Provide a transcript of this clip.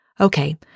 Okay